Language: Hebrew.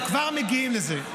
לא, לא, אנחנו כבר מגיעים לזה.